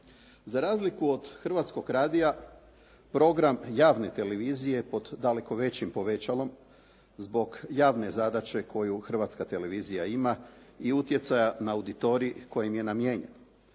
Za razliku od Hrvatskog radija, program javne televizije je pod daleko većim povećalom zbog javne zadaće koju Hrvatska televizija ima i utjecaja na auditorij koji nam je namijenjen.